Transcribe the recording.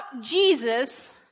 Jesus